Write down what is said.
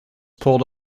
pulled